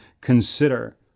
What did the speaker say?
consider